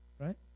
right